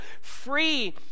free